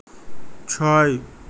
ছয়